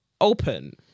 open